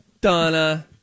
Donna